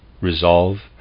resolve